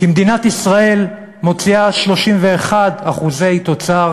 כי מדינת ישראל מוציאה 31% תוצר